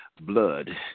blood